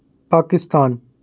Pakistan